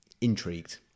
intrigued